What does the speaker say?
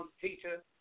teacher